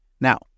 Now